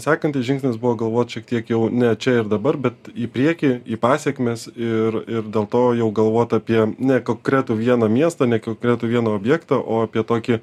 sekantis žingsnis buvo galvot šiek tiek jau ne čia ir dabar bet į priekį į pasekmes ir ir dėl to jau galvot apie ne konkretų vieną miestą ne konkretų vieną objektą o apie tokį